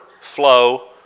flow